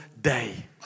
day